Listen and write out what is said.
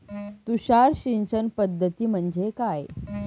तुषार सिंचन पद्धती म्हणजे काय?